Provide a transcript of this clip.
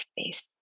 space